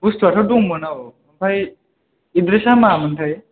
बुस्थुवाथ' दंमोन औ ओमफ्राय एडड्रेसा मामोनथाय